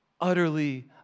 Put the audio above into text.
Utterly